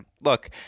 look